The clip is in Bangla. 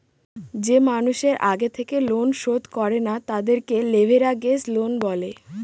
যে মানুষের আগে থেকে লোন শোধ করে না, তাদেরকে লেভেরাগেজ লোন বলে